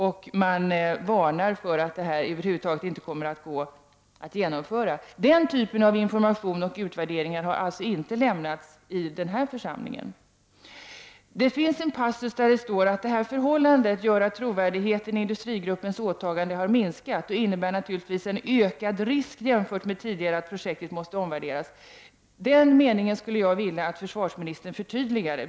Det varnas för att detta över huvud taget inte kommer att gå att genomföra. Den typen av information och utvärderingar har inte lämnats i denna församling. Det finns en passus där det står att detta förhållande gör att trovärdigheten i industrigruppens åtagande har minskat och att det naturligtvis innebär en ökad risk jämfört med tidigare att projektet måste omvärderas. Den me ningen skulle jag vilja att försvarsministern förtydligade.